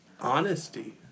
Honesty